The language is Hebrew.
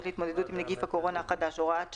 להתמודדות עם נגיף הקורונה החדש (הוראת שעה),